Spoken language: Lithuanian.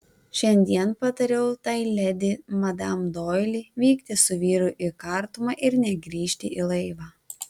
šiandien patariau tai ledi madam doili vykti su vyru į kartumą ir negrįžti į laivą